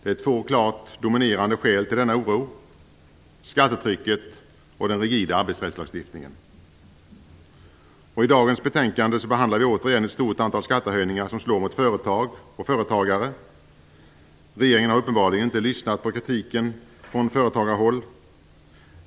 Det finns två tydligt dominerande skäl till denna oro: skattetrycket och den rigida arbetsrättslagstiftningen. I dagens betänkande behandlar vi återigen ett stort antal skattehöjningar som slår mot företag och företagare. Regeringen har uppenbarligen inte lyssnat på kritiken från företagarhåll.